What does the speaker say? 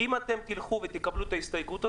אם תלכו ותקבלו את ההסתייגות הזאת,